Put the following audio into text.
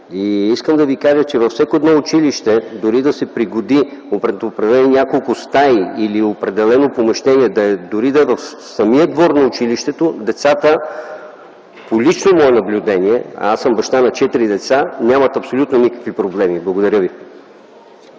Искам да Ви кажа, че във всяко едно училище, дори да се определят няколко стаи или определено помещение, дори да е в самия двор на училището, децата по лично мое наблюдение, а аз съм баща на четири деца, нямат абсолютно никакви проблеми. Благодаря ви.